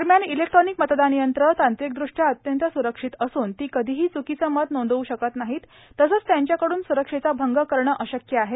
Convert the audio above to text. दरम्यान ईलेक्ट्रॉनिक मतदान यंत्रं तांत्रिकदृष्ट्या अत्यंत सुरक्षित असून ती कथीही चुकीचं मत नोंदवू शकत नाहीत तसंच त्यांच्याकडून सुरक्षेचा भंग करणं अशक्य आहे